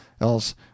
Else